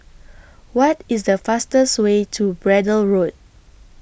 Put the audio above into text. What IS The fastest Way to Braddell Road